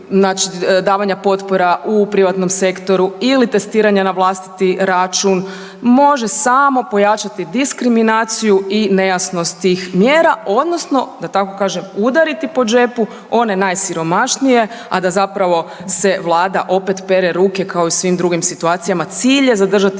znači ili davanja potpora u privatnom sektoru ili testiranja na vlastiti račun, može samo pojačati diskriminaciju ili nejasnost tih mjera odnosno da tako kažem, udariti po džepu one najsiromašnije a da zapravo se Vlada opet pere ruke kao i u svim drugim situacijama, cilj je zadržati